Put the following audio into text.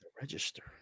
Register